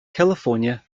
california